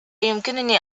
يمكنني